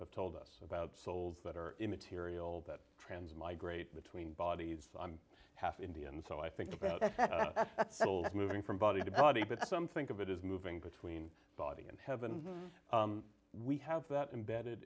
have told us about souls that are immaterial that trans migrate between bodies i'm half indian so i think about moving from body to body but some think of it is moving between body and heaven we have that embedded